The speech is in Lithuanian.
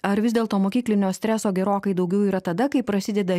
ar vis dėlto mokyklinio streso gerokai daugiau yra tada kai prasideda